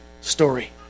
story